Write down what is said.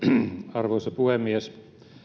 arvoisa puhemies